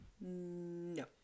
no